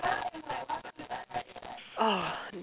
!aww!